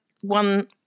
one